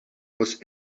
was